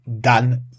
done